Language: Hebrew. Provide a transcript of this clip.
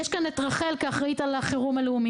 יש כאן את רח"ל (רשות חירום לאומית) כאחראית על החירום הלאומי.